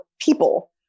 people